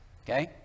okay